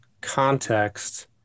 context